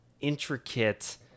intricate